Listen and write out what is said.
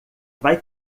vai